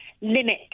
limit